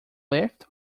lift